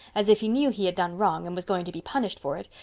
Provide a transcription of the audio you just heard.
as if he knew he had done wrong and was going to be punished for it,